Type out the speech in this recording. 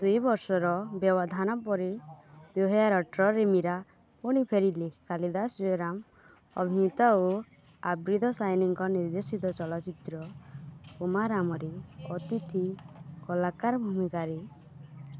ଦୁଇ ବର୍ଷର ବ୍ୟବଧାନ ପରେ ଦୁଇ ହଜାର ଅଠରରେ ମୀରା ପୁଣି ଫେରିଲେ କାଳିଦାସ ଜୟରାମ ଅଭିନୀତ ଓ ଆବ୍ରିଦ ଶାଇନିଙ୍କ ନିର୍ଦ୍ଦେଶିତ ଚଳଚ୍ଚିତ୍ର ପୂମାରାମରେ ଅତିଥି କଳାକାର ଭୂମିକାରେ